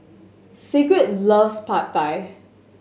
Sigrid loves Pad Thai